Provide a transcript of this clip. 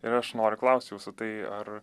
ir aš noriu klausti jūsų tai ar